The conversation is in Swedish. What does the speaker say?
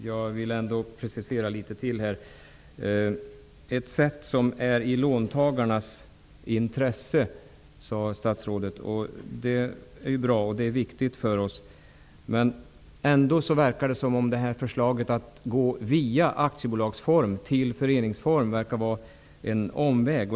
Fru talman! Statsrådet sade att han vill verka för en lösning som är i låntagarnas intresse. Det är bra, och det är viktigt för oss. Men det verkar ändå som om förslaget att gå via aktiebolagsform till föreningsform är en omväg.